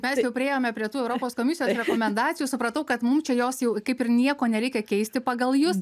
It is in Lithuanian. mes jau priėjome prie tų europos komisijos rekomendacijų supratau kad mum čia jos jau kaip ir nieko nereikia keisti pagal jus